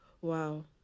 wow